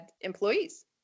employees